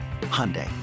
Hyundai